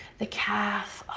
the calf,